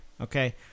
Okay